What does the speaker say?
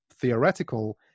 theoretical